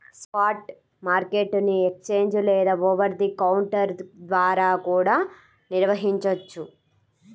spot market ని exchange లేదా over the counter ద్వారా కూడా నిర్వహించొచ్చు